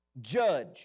Judge